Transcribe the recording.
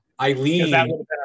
Eileen